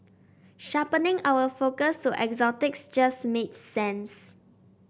sharpening our focus to exotics just made sense